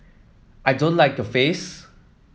I don't like your face